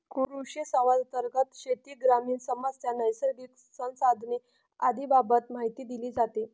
कृषिसंवादांतर्गत शेती, ग्रामीण समस्या, नैसर्गिक संसाधने आदींबाबत माहिती दिली जाते